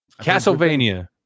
Castlevania